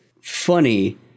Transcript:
funny